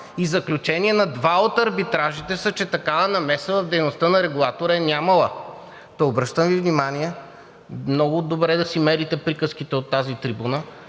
И заключения на два от арбитражите са, че такава намеса в дейността на регулатора е нямало. Та, обръщам Ви внимание много добре да си мерите приказките от тази трибуна,